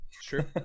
Sure